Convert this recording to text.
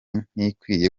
ntikwiye